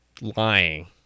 lying